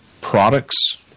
products